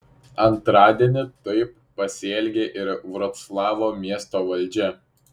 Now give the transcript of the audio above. antradienį taip pasielgė ir vroclavo miesto valdžia